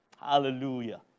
Hallelujah